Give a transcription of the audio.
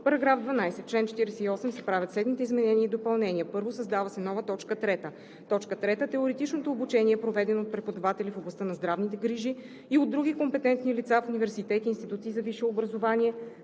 § 12: „§ 12. В чл. 48 се правят следните изменения и допълнения: 1. Създава се нова т. 3: „3. теоретичното обучение е проведено от преподаватели в областта на здравните грижи и от други компетентни лица в университети, институции за висше образование